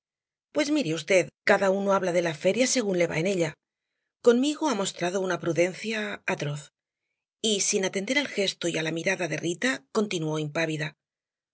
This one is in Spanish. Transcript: pues mire v cada uno habla de la feria según le va en ella conmigo ha mostrado una prudencia atroz y sin atender al gesto y la mirada de rita continuó impávida